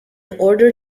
order